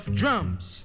drums